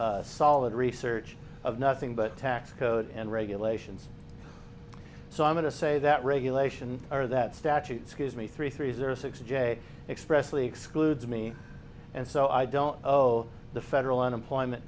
of solid research of nothing but tax code and regulations so i'm going to say that regulation of that statute scares me three three zero six j expressly excludes me and so i don't owe the federal unemployment